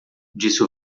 disse